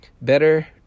better